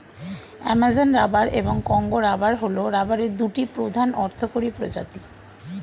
Amazon rubber এবং Congo rubber হল রাবারের দুটি প্রধান অর্থকরী প্রজাতি